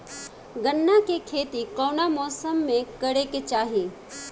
गन्ना के खेती कौना मौसम में करेके चाही?